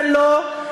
ולא,